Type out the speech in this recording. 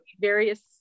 various